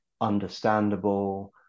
understandable